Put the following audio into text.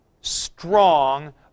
strong